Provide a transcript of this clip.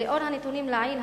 לאור הנתונים לעיל,